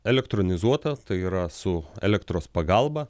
elektronizuotą tai yra su elektros pagalba